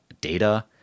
data